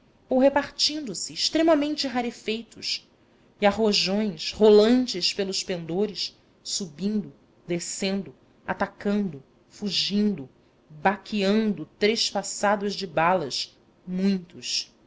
ou repartindo-se extremamente rarefeitos e a rojões rolantes pelos pendores subindo descendo atacando fugindo baqueando trespassados de balas muitos